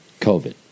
COVID